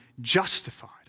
justified